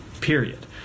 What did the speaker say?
period